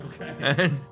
Okay